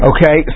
Okay